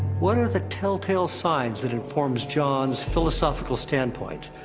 what are the telltale signs that inform jon's philosophical standpoint?